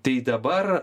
tai dabar